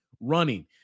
running